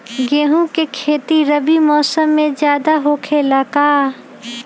गेंहू के खेती रबी मौसम में ज्यादा होखेला का?